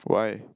why